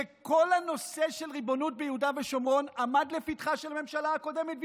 שכל הנושא של ריבונות ביהודה ושומרון עמד לפתחה של הממשלות הקודמות,